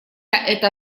эта